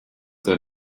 der